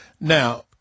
Now